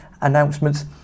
announcements